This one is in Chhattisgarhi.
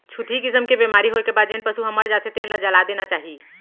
छुतही किसम के बेमारी होए के बाद जेन पसू ह मर जाथे तेन ल जला देना चाही